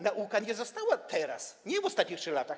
Nauka nie została teraz, nie w ostatnich 3 latach.